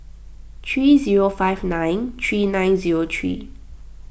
three zero five nine three nine zero three